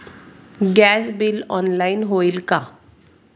Gas bill online होईल का?